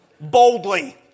Boldly